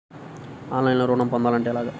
ఆన్లైన్లో ఋణం పొందాలంటే ఎలాగా?